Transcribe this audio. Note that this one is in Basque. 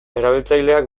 erabiltzaileak